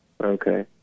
Okay